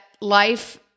life